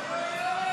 אוי אוי אוי.